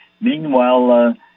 Meanwhile